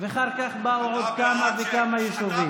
ואחר כך באו עוד כמה וכמה יישובים.